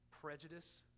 prejudice